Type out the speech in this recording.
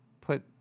put